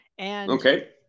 Okay